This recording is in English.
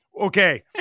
okay